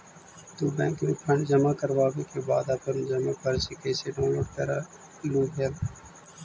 तू बैंक में फंड जमा करवावे के बाद अपन जमा पर्ची कैसे डाउनलोड करलू हल